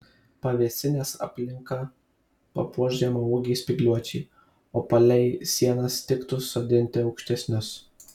pavėsinės aplinką papuoš žemaūgiai spygliuočiai o palei sienas tiktų sodinti aukštesnius